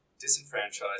disenfranchised